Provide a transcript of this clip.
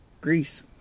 Greece